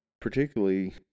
Particularly